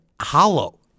hollow